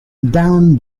darren